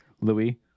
Louis